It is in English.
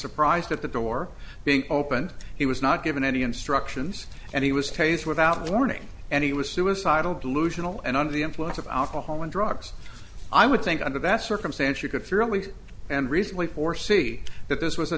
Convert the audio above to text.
surprised at the door being opened he was not given any instructions and he was tasered without warning and he was suicidal delusional and under the influence of alcohol and drugs i would think under that circumstance you could fairly and recently foresee that this was a